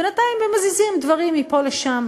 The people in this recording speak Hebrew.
בינתיים הם מזיזים דברים מפה לשם.